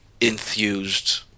enthused